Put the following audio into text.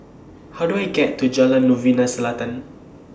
How Do I get to Jalan Novena Selatan